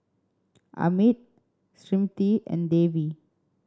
Amit Smriti and Devi